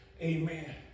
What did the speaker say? amen